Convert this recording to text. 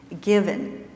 given